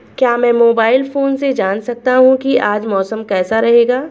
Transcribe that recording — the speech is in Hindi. क्या मैं मोबाइल फोन से जान सकता हूँ कि आज मौसम कैसा रहेगा?